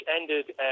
ended